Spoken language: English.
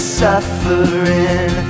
suffering